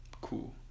Cool